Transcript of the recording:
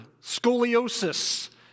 scoliosis